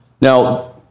Now